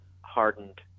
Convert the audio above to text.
hardened